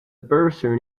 person